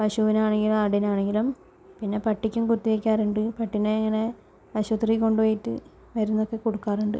പശുവിനാണെങ്കിലും ആടിനാണെങ്കിലും പിന്നെ പട്ടിക്കും കുത്തി വയ്ക്കാറുണ്ട് പട്ടീനെ ഇങ്ങനെ ആശുപത്രിയിൽ കൊണ്ടുപോയിട്ട് മരുന്നൊക്കെ കൊടുക്കാറുണ്ട്